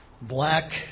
black